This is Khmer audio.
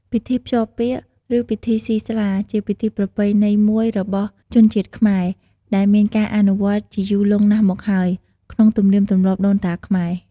ពិធីភ្ជាប់ពាក្យ ឬ ពិធីសុីស្លា ជាពិធីប្រពៃណីមួយរបស់ជនជាតិខ្មែរ ដែលមានការអនុវត្តជាយូរលង់ណាស់មកហើយ ក្នុងទំនៀមទម្លាប់ដូនតាខ្មែរ។